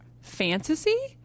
fantasy